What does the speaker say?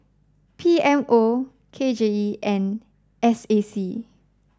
P M O K J E and S A C